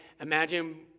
imagine